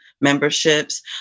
memberships